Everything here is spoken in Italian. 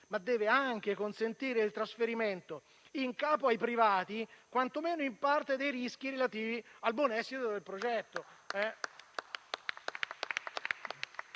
ma deve anche consentire il trasferimento in capo ai privati, quantomeno in parte, dei rischi relativi al buon esito del progetto.